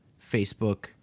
Facebook